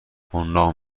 حناق